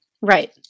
Right